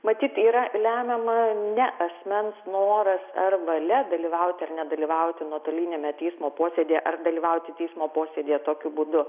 matyt yra lemiama ne asmens noras arba nedalyvauti ar nedalyvauti nuotoliniame teismo posėdyje ar dalyvauti teismo posėdyje tokiu būdu